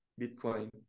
bitcoin